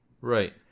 Right